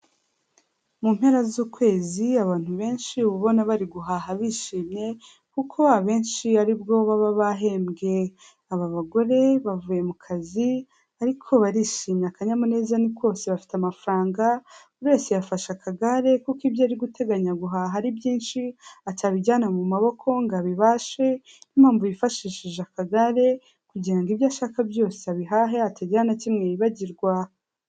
Mu mpera z'ukwezi, abantu benshi uba ubona bari guhaha bishimye kuko abenshi ari bwo baba bahembwe. Aba bagore bavuye mu kazi ariko barishimye akanyamuneza ni kose bafite amafaranga, buri wese yafashe akagare kuko ibyo ari guteganya guhaha ari byinshi, atabijyana mu maboko ngo abibashe, niyo mpamvu yifashishije akagare kugira ngo ibyo ashaka byose abihahe hatagira na kimwe yibagirwa.